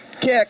kick